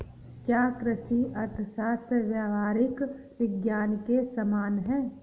क्या कृषि अर्थशास्त्र व्यावहारिक विज्ञान के समान है?